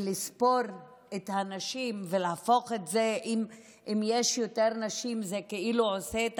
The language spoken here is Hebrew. לספור את הנשים ולהגיד שאם יש יותר נשים זה כאילו יהפוך את